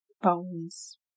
bones